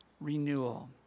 renewal